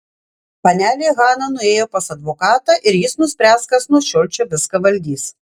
panelė hana nuėjo pas advokatą ir jis nuspręs kas nuo šiol čia viską valdys